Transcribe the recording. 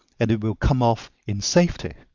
and it will come off in safety.